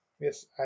Yes